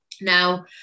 Now